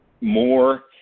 more